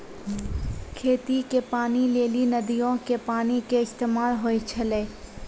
खेती के पानी लेली नदीयो के पानी के इस्तेमाल होय छलै